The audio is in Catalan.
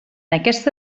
aquesta